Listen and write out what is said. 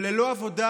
וללא עבודה,